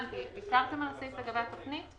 ויתרתם על הסעיף לגבי התוכנית?